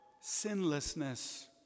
sinlessness